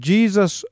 Jesus